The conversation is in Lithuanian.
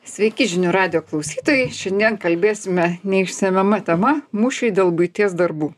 sveiki žinių radijo klausytojai šiandien kalbėsime neišsemiama tema mūšiai dėl buities darbų